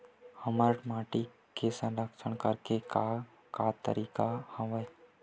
हमर माटी के संरक्षण करेके का का तरीका हवय?